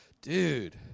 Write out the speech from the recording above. Dude